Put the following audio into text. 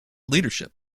leadership